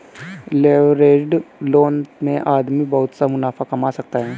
leveraged loan में आदमी बहुत सा मुनाफा कमा सकता है